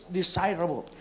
desirable